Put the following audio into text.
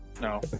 No